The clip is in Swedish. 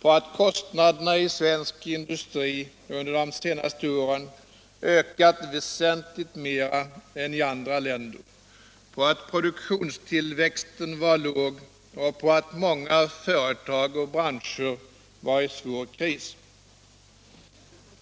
på att kostnaderna i svensk industri under de senaste åren ökat väsentligt mer än i andra länder, på att produktionstillväxten var låg och på att många företag och branscher var i en svår kris.